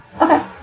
Okay